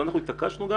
אנחנו התעקשנו גם